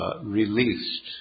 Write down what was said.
released